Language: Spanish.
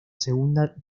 segunda